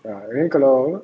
ah then kalau apa